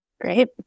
Great